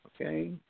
Okay